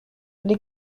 les